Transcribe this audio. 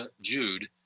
Jude